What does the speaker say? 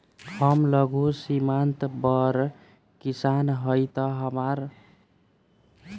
हम लघु सीमांत बड़ किसान हईं त हमरा सिंचाई ट्रेक्टर और हार्वेस्टर खातिर ऋण मिल सकेला का?